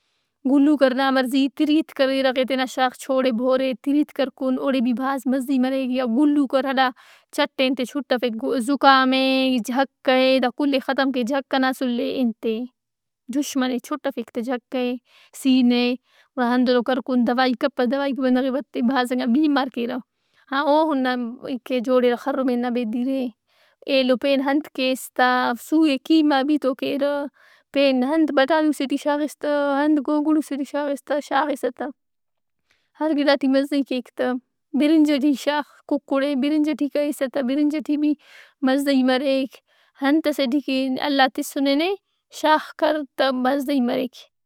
گُلّو کر نا مرضی۔ تریت کر اِرغ ئے تینا شاغ، چوڑہِ بورہِ تریت کر کُن اوڑے بھی بھازمزہی مریک یا گلّو کر ہرا چٹ ئے انت ئے چُھٹفک زکام ئے، جھکہ ئے دا کل ئے ختم کیک، جھکہ نا اسُل ئے انت اے دشمن اے۔ چھٹفک تہ جھکہ ئے، سینہ ئے۔ گُڑا ہندنو کر کُن دوائی کپہ۔ دوائیک بندغ ئے بدتِّر بھازانگا بیمار کیرہ۔ ہموہن نن کہ جوڑِرہ خرمین نا بیدیرئے۔ ایلو پین انت کیس تہ، سُوئے قیما بھی تو کیرہ۔ پین انت بٹالوسے ٹی شاغس تہ، انت گوگڑو سے ٹی شاغس تہ شاغسہ تہ۔ ہرا گِڑا ٹی مزہی کیک تہ۔ برنج ئٹی شاغ ککڑ ئے۔ برنج ئٹی کیسہ برنج ئٹی بھی مزہی مریک۔ انت ئسے ٹی کہ اللہ تِسُّنے نے شاغ کر تہ مزہی مریک۔